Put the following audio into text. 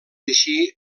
així